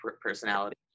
personality